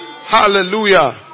Hallelujah